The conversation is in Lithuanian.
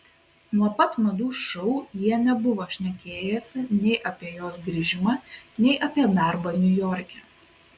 nuo pat madų šou jie nebuvo šnekėjęsi nei apie jos grįžimą nei apie darbą niujorke